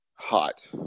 Hot